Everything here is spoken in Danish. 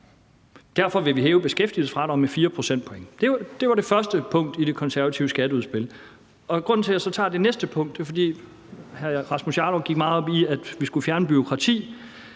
Derfor vil vi hæve beskæftigelsesfradraget med 4 pct. Det var det første punkt i det konservative skatteudspil. Og grunden til, at jeg så tager det næste punkt, er, at hr. Rasmus Jarlov gik meget op i, at vi skulle fjerne bureaukrati.